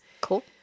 Cool